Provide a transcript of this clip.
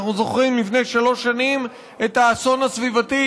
אנחנו זוכרים לפני שלוש שנים את האסון הסביבתי